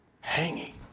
hanging